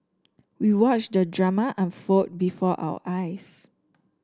we watched the drama unfold before our eyes